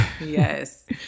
Yes